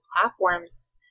platforms